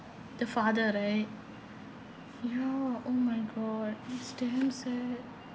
the father right ya oh my god he's damn sad